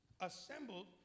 assembled